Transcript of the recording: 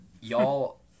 y'all